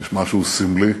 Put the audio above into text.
יש משהו סמלי,